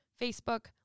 Facebook